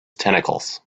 tentacles